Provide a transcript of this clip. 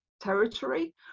territory